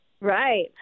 right